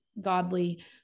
godly